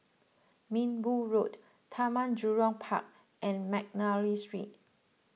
Minbu Road Taman Jurong Park and McNally Street